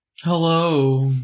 Hello